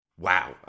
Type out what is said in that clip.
Wow